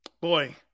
boy